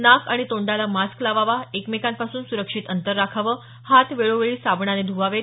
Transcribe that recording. नाक आणि तोंडाला मास्क लावावा एकमेकांपासून सुरक्षित अंतर राखावं हात वेळोवेळी साबणाने धुवावेत